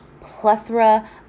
plethora